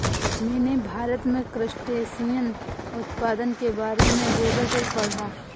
मैंने भारत में क्रस्टेशियन उत्पादन के बारे में गूगल पर पढ़ा